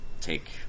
take